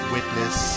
Witness